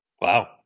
Wow